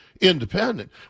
independent